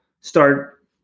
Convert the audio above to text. start